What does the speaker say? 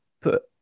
put